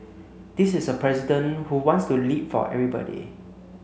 this is a president who wants to lead for everybody